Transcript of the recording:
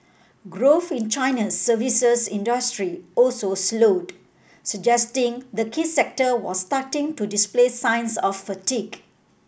growth in China's services industry also slowed suggesting the key sector was starting to display signs of fatigue